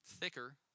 thicker